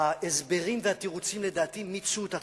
ההסברים והתירוצים, לדעתי, מיצו את עצמם.